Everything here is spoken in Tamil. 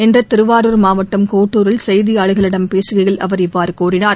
இன்று திருவாரூர் மாவட்டம் கோட்டுரில் செய்தியாளர்களிடம் பேசுகையில் அவர் இவ்வாறு கூறினார்